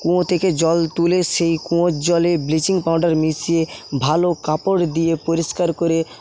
কুঁয়ো থেকে জল তুলে সেই কুঁয়োর জলে ব্লিচিং পাউডার মিশিয়ে ভালো কাপড় দিয়ে পরিষ্কার করে